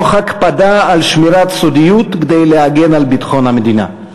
תוך הקפדה על שמירת סודיות כדי להגן על ביטחון המדינה.